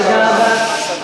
תודה רבה.